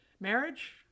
Marriage